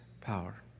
power